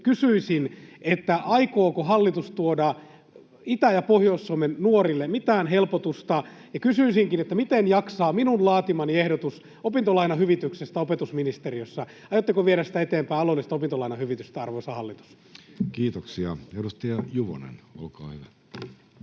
Kysyisin, aikooko hallitus tuoda Itä- ja Pohjois-Suomen nuorille mitään helpotusta. Kysyisinkin, miten jaksaa minun laatimani ehdotus opintolainahyvityksestä opetusministeriössä. Aiotteko viedä eteenpäin alueellista opintolainahyvitystä, arvoisa hallitus? [Speech 132] Speaker: Jussi Halla-aho